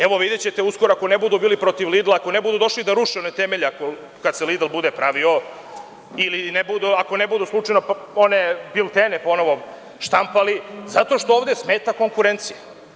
Evo videćete uskoro, ako ne budu bili protiv Lidla, ako ne budu došli da ruše one temelje, kada se Lidl bude pravio ili ako ne budu ponovo one biltene štampali, zato što ovde smeta konkurencija.